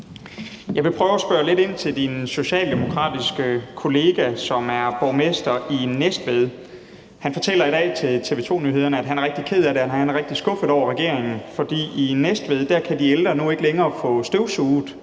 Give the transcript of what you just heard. Jeg vil prøve at spørge lidt ind til din socialdemokratiske kollega, som er borgmester i Næstved. Han fortæller i dag til TV 2 Nyhederne, at han er rigtig ked af det, og at han er rigtig skuffet over regeringen, for i Næstved kan de ældre nu ikke længere få støvsuget